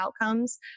outcomes